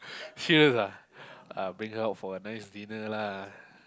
fierce ah uh bring her out for a nice dinner lah